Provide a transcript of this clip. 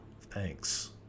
thanks